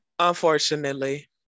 Unfortunately